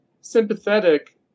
sympathetic